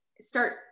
start